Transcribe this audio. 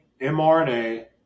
MRNA